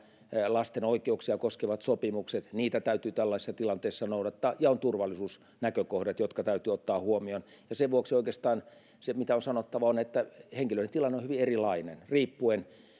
lasten oikeuksia koskevat sopimukset niitä täytyy tällaisessa tilanteessa noudattaa ja on turvallisuusnäkökohdat jotka täytyy ottaa huomioon ja sen vuoksi oikeastaan se mitä on sanottava on se että henkilöiden tilanne on hyvin erilainen riippuen siitä